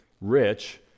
rich